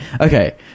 okay